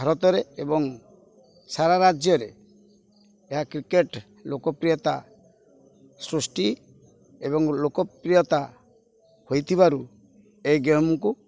ଭାରତରେ ଏବଂ ସାରା ରାଜ୍ୟରେ ଏହା କ୍ରିକେଟ ଲୋକପ୍ରିୟତା ସୃଷ୍ଟି ଏବଂ ଲୋକପ୍ରିୟତା ହୋଇଥିବାରୁ ଏଇ ଗେମ୍କୁ